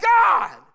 God